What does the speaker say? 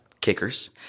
kickers